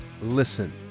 listen